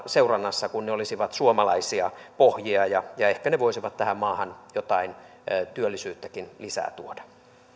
seurannassa kun ne olisivat suomalaisia pohjia ja ja ehkä ne voisivat tähän maahan jotain työllisyyttäkin lisää tuoda